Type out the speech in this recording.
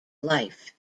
life